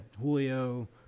Julio